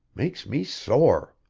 makes me sore!